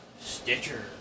Stitcher